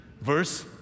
verse